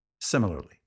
Similarly